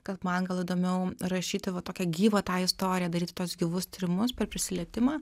kad man gal įdomiau rašyti va tokią gyvą tą istoriją daryti tuos gyvus tyrimus per prisilietimą